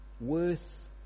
worth